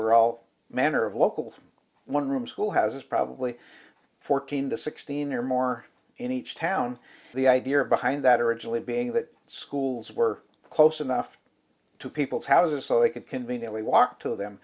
were all manner of local one room schoolhouses probably fourteen to sixteen or more in each town the idea behind that originally being that schools were close enough to people's houses so they could conveniently walk to them